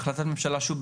החלטת ממשלה.